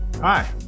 Hi